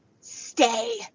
stay